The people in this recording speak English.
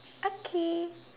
okay